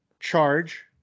charge